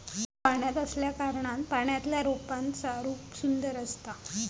पाण्यात असल्याकारणान पाण्यातल्या रोपांचा रूप सुंदर असता